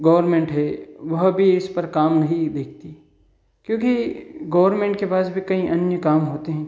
government है वह भी इस पर काम नहीं देखती क्योंकि गवर्मेंट के पास भी कई अन्य काम होते हैं